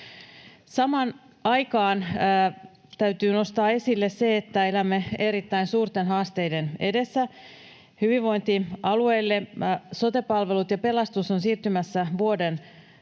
Samaan aikaan täytyy nostaa esille se, että elämme erittäin suurten haasteiden edessä. Sote-palvelut ja pelastus ovat siirtymässä